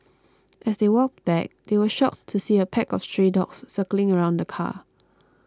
as they walked back they were shocked to see a pack of stray dogs circling around the car